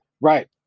Right